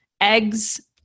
eggs